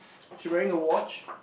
she wearing a watch